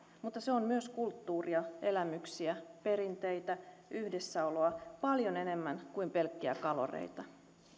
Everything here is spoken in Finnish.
mutta se on myös kulttuuria elämyksiä perinteitä yhdessäoloa paljon enemmän kuin pelkkiä kaloreita